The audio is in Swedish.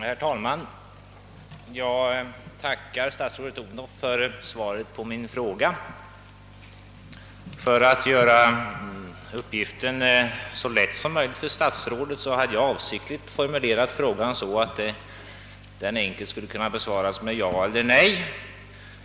Herr talman! Jag tackar statsrådet Odhnoff för svaret på min fråga. För att göra uppgiften så lätt som möjligt för statsrådet hade jag avsiktligt formulerat frågan så, att den enkelt skulle kunna besvaras med ja eller nej.